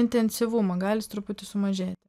intensyvumą gali jis truputį sumažėti